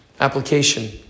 Application